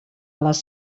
les